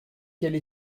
quelle